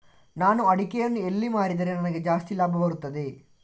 ನಾನು ಅಡಿಕೆಯನ್ನು ಎಲ್ಲಿ ಮಾರಿದರೆ ನನಗೆ ಜಾಸ್ತಿ ಲಾಭ ಬರುತ್ತದೆ?